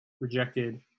rejected